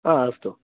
हा अस्तु